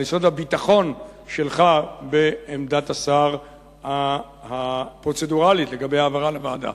יסוד הביטחון שלך בעמדת השר הפרוצדורלית לגבי העברה לוועדה.